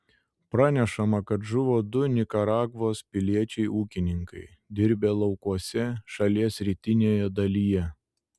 pranešama kad žuvo du nikaragvos piliečiai ūkininkai dirbę laukuose šalies rytinėje dalyje